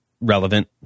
relevant